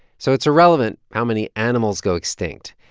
so it's irrelevant how many animals go extinct.